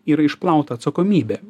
yra išplauta atsakomybė